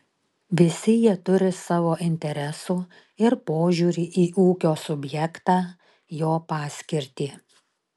visi jie turi savo interesų ir požiūrį į ūkio subjektą jo paskirtį